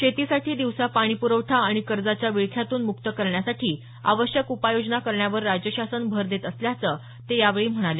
शेतीसाठी दिवसा पाणीप्रवठा आणि कर्जाच्या विळख्यातून मुक्त करण्यासाठी आवश्यक उपाययोजना करण्यावर राज्यशासन भर देत असल्याचं ते यावेळी म्हणाले